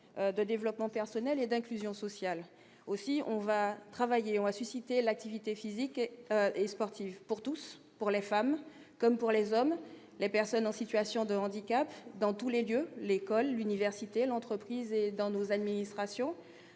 de développement personnel et d'inclusion sociale aussi on va travailler, on a suscité l'activité physique et sportive pour tous pour les femmes comme pour les hommes, les personnes en situation de handicap dans tous les lieux, l'école, l'université, l'entreprise et dans nos administrations